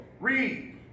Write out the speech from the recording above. Read